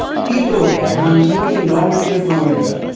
he told that i am sourcing um ah you know from india.